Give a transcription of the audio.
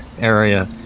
area